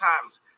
times